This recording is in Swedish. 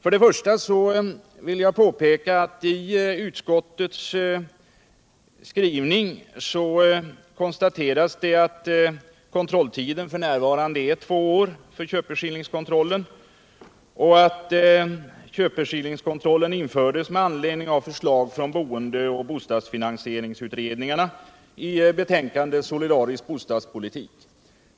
Jag vill peka på att det i utskottets skrivning konstateras att kontrolltiden f.n. är två år och att köpeskillingskontrollen infördes med anledning av förslag från boende och bostadsfinansieringsutredningarna i betänkandet Solidarisk bostadspolitik.